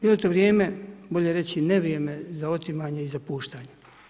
I u to vrijeme bolje reći, nevrijeme za otimanje i za puštanje.